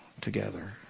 together